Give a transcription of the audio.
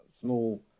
small